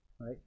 right